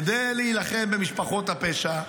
כדי להילחם במשפחות הפשע,